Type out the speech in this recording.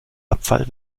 abfall